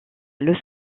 los